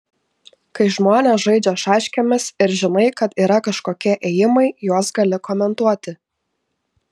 kai žmonės žaidžia šaškėmis ir žinai kad yra kažkokie ėjimai juos gali komentuoti